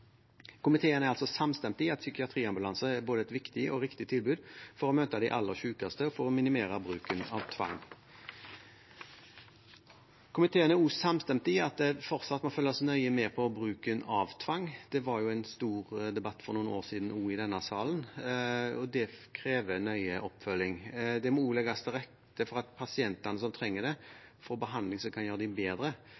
Komiteen er samstemt i at psykiatriambulanse er et både viktig og riktig tilbud for å møte de aller sykeste og for å minimere bruken av tvang. Komiteen er også samstemt i at det fortsatt må følges nøye med på bruken av tvang. Det var jo en stor debatt for noen år siden, også i denne salen, og det krever nøye oppfølging. Det må også legges til rette for at pasientene som trenger det,